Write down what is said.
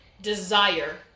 desire